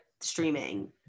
streaming